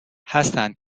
هستند